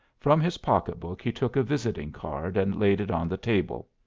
from his pocketbook he took a visiting card and laid it on the table.